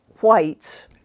whites